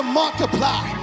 multiply